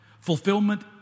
fulfillment